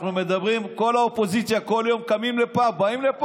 אנחנו מדברים, כל האופוזיציה בכל יום באים לפה,